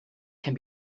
can